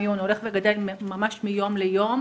אנחנו מתכבדים לפתוח את הישיבה המשותפת לוועדת הבריאות ולוועדת חוקה,